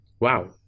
wow